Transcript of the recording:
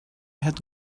had